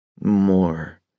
More